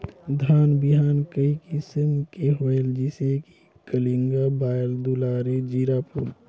धान बिहान कई किसम के होयल जिसे कि कलिंगा, बाएल दुलारी, जीराफुल?